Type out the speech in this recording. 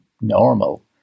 normal